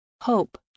Hope